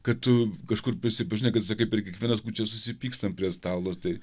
kad tu kažkur prisipažinai kad sakai per kiekvienas kūčias susipykstam prie stalo tai